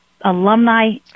Alumni